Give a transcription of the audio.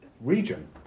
region